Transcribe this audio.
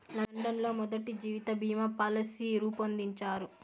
London లో మొదటి జీవిత బీమా పాలసీ రూపొందించారు